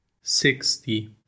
sixty